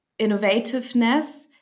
innovativeness